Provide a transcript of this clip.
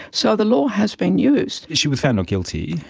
so the law has been used. she was found not guilty.